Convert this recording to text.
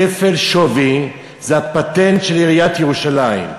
כפל שווי, זה הפטנט של עיריית ירושלים.